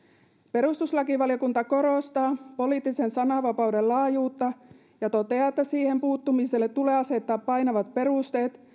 perustuslakivaliokunta korostaa poliittisen sananvapauden laajuutta ja toteaa että siihen puuttumiselle tulee asettaa painavat perusteet